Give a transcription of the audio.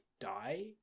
die